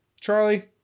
Charlie